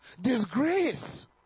disgrace